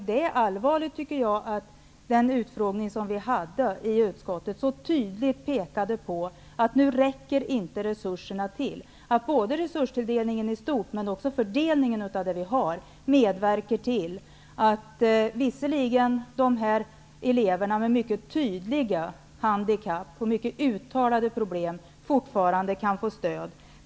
Det är allvarligt att resultatet av den utfrågning som utskottet arrangerade så tydligt pekar på att nu räcker inte resurserna till. Både resurstilldelningen i stort men också fördelningen av det som finns medverkar till att elever med tydliga handikapp och uttalade problem fortfarande kan få stöd.